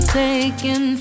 taken